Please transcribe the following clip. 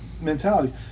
mentalities